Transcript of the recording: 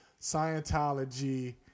Scientology